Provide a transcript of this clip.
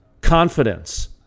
confidence